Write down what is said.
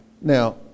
now